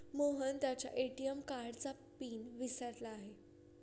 मोहन त्याच्या ए.टी.एम कार्डचा पिन विसरला आहे